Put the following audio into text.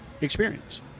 experience